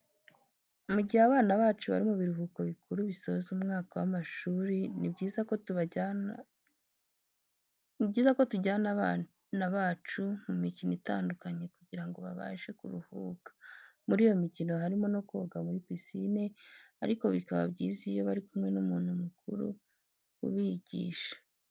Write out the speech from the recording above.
Mu gihe abana bacu bari mu biruhuko bikuru bisoza umwaka w'amashuri, ni byiza ko tujyana abana bacu mu mikino itandukanye, kugira ngo babashe kuruhuka. Muri iyo mikino harimo no koga muri pisine, ariko bikaba byiza iyo bari kumwe n'umuntu mukuru ubigisha.